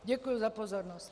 Děkuji za pozornost.